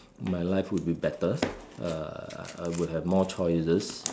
my life would be better uh I would have more choices